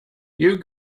you